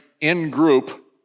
in-group